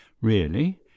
Really